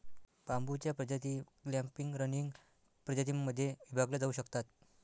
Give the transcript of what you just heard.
बांबूच्या प्रजाती clumping, running प्रजातीं मध्ये विभागल्या जाऊ शकतात